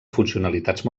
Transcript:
funcionalitats